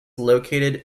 located